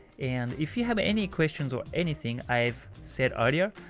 and if you have any questions on anything i've said earlier,